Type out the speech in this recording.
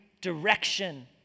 direction